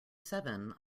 seven